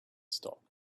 stopped